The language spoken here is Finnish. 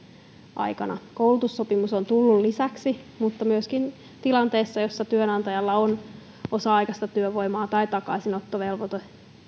aikana koulutussopimus on tullut lisäksi mutta myöskin tilanteessa jossa työnantajalla on osa aikaista työvoimaa tai takaisinottovelvoite